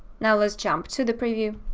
now let's jump to the preview